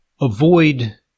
avoid